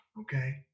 Okay